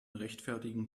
rechtfertigen